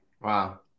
Wow